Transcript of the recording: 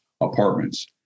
apartments